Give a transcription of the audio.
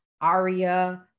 ARIA